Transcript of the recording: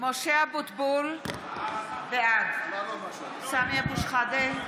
משה אבוטבול, בעד סמי אבו שחאדה,